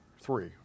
three